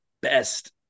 best